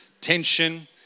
tension